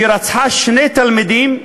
שרצחה שני תלמידים,